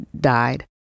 died